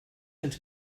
ens